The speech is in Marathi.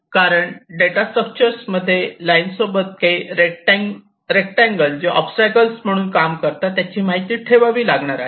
कारण डेटा डेटा स्ट्रक्चर मध्ये लाईन सोबत काही रेक्टांगल जे ओबस्टॅकल्स म्हणून काम करतात त्याची माहिती ठेवावी लागणार आहे